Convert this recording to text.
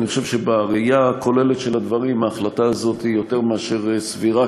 אני חושב שבראייה הכוללת של הדברים ההחלטה הזאת היא יותר מאשר סבירה,